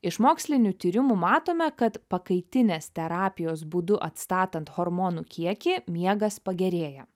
iš mokslinių tyrimų matome kad pakaitinės terapijos būdu atstatant hormonų kiekį miegas pagerėja